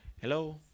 Hello